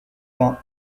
vingts